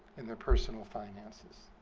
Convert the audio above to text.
in their personal finances.